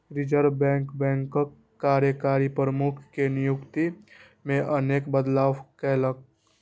reserve bank बैंकक कार्यकारी प्रमुख के नियुक्ति मे अनेक बदलाव केलकै